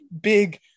big